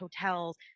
hotels